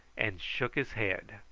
and shook his head.